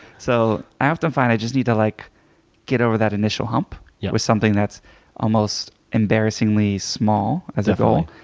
so i often find i just need to like get over that initial hump yeah with something that's almost embarrassingly small as a goal.